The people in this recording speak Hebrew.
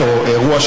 או אירוע,